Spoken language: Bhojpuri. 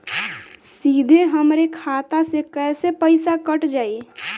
सीधे हमरे खाता से कैसे पईसा कट जाई?